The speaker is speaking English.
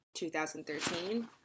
2013